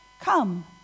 come